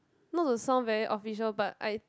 no to sound very official but I